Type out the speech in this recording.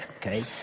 okay